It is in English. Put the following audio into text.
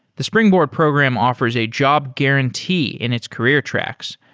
the springboard program offers a job guarantee in its career tracks,